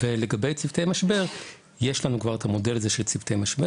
לגבי צוותי משבר יש לנו כבר את המודל הזה של צוותי משבר